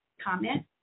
comment